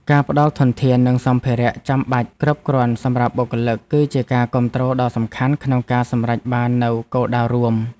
ការផ្តល់ធនធាននិងសម្ភារៈចាំបាច់គ្រប់គ្រាន់សម្រាប់បុគ្គលិក គឺជាការគាំទ្រដ៏សំខាន់ក្នុងការសម្រេចបាននូវគោលដៅរួម។